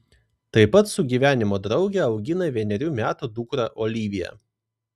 tai pat su gyvenimo drauge augina vienerių metų dukrą oliviją